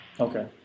Okay